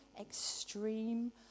extreme